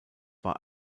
war